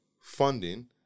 funding